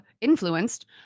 influenced